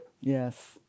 Yes